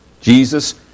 Jesus